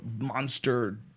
monster